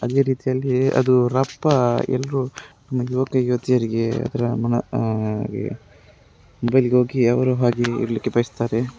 ಅದೇ ರೀತಿಯಲ್ಲಿ ಅದು ರಪ್ಪ ಎಲ್ಲರೂ ಯುವಕ ಯುವತಿಯರಿಗೆ ಇದರ ಮೊಬೈಲ್ಗೆ ಹೋಗಿ ಅವ್ರ ಹಾಗೆ ಇರಲಿಕ್ಕೆ ಬಯಸ್ತಾರೆ